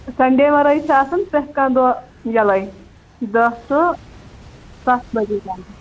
Sunday وَرٲے چھِ آسَان پرٮ۪تھ کانٛہہ دۄہ ییٚلَے دَہ ٹو سَتھ بَجے تام